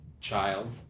child